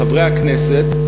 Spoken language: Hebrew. חברי הכנסת,